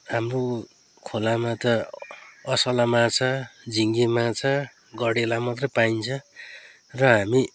हाम्रो खोलामा त असला माछा झिङ्गे माछा गँडेला मात्र पाइन्छ र हामी